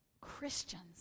Christians